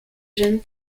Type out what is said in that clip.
jeunes